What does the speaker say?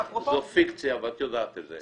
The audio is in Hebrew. --- בשטח זאת פיקציה ואת יודעת את זה.